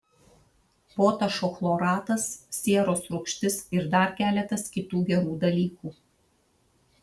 potašo chloratas sieros rūgštis ir dar keletas kitų gerų dalykų